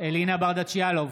אלינה ברדץ' יאלוב,